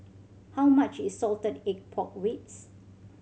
how much is salted egg pork ribs